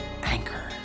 anchor